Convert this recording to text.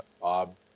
Bob